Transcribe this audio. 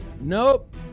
nope